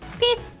peace!